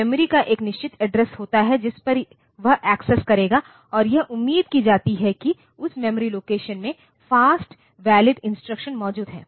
memory का एक निश्चित एड्रेस होता है जिस पर वह एक्सेस करेगा और यह उम्मीद की जाती है कि उस मेमोरी लोकेशन में फास्ट वैलिड इंस्ट्रक्शन मौजूद है